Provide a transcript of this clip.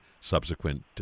subsequent